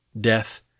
death